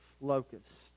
locusts